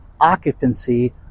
occupancy